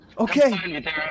Okay